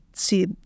see